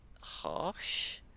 harsh